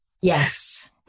Yes